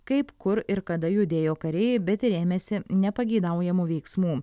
kaip kur ir kada judėjo kariai bet ir ėmėsi nepageidaujamų veiksmų